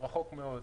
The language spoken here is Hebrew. רחוק מאוד.